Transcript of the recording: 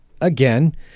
again